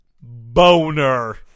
boner